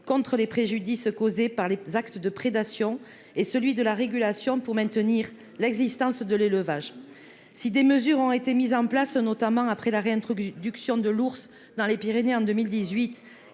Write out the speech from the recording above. contre les préjudices causés par les actes de prédation et celui de la régulation pour maintenir l'existence de l'élevage, si des mesures ont été mises en place, notamment après la réintroduction de l'ours dans les Pyrénées en 2018